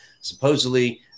Supposedly